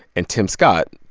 and tim scott,